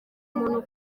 muntu